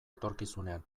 etorkizunean